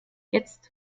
jetzt